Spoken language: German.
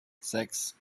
sechs